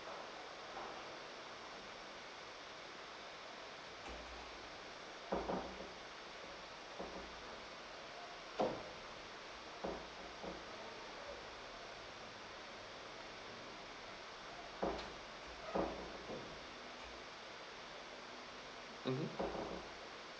mmhmm